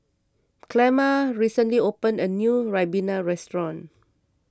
Clemma recently opened a new Ribena restaurant